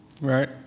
right